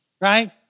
right